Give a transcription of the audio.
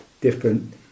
different